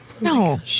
No